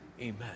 Amen